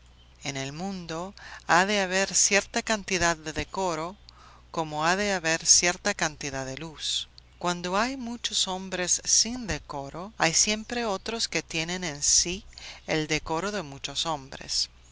en el mundo ha de haber cierta cantidad de decoro como ha de haber cierta cantidad de luz cuando hay muchos hombres sin decoro hay siempre otros que tienen en sí el decoro de muchos hombres